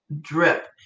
drip